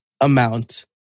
amount